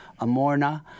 Amorna